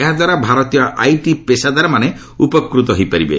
ଏହାଦ୍ୱାରା ଭାରତୀୟ ଆଇଟି ପେଶାଦାରମାନେ ଉପକୃତ ହୋଇପାରିବେ